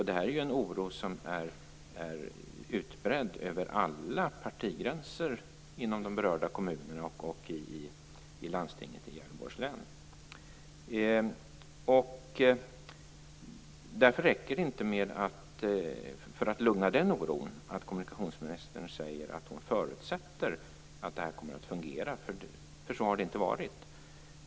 Den här oron är utbredd över alla partigränser inom de berörda kommunerna och i landstinget i Gävleborgs län. För att lugna den oron räcker det inte med att kommunikationsministern säger att hon förutsätter att det här kommer att fungera, för så har det inte varit.